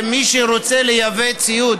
מי שרוצה לייבא ציוד